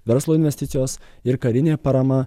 verslo investicijos ir karinė parama